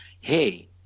hey